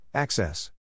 Access